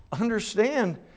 understand